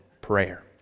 prayer